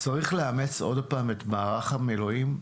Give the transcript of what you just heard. צריך לאמץ עוד פעם את מערך המילואים,